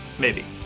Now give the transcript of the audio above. maybe.